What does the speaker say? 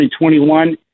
2021